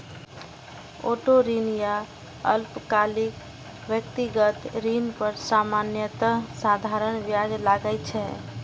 auto ऋण या अल्पकालिक व्यक्तिगत ऋण पर सामान्यतः साधारण ब्याज लागै छै